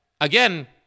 again